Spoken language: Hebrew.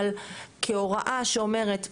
אבל כהוראה שאומרת חבר'ה,